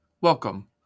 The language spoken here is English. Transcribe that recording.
Welcome